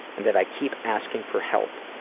and that i keep asking for help.